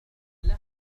تفضّل